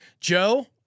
Joe